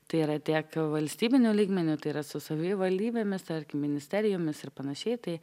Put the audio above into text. tai yra tiek valstybiniu lygmeniu tai yra su savivaldybėmis tarkim ministerijomis ar panašiai tai